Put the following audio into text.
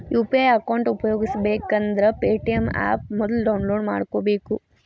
UPI account ಉಪಯೋಗಿಸಬೇಕಂದ್ರ Paytm app ಮೊದ್ಲ download ಮಾಡ್ಕೋಬೇಕು